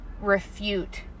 refute